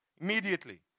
Immediately